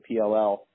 PLL